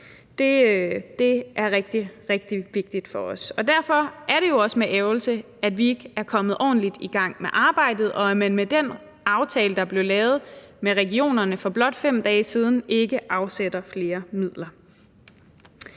rigtig, rigtig vigtigt for os, og derfor er det jo også med ærgrelse, at vi ikke er kommet ordentligt i gang med arbejdet, og at man med den aftale, der blev lavet med regionerne for blot 5 dage siden, ikke afsætter flere midler.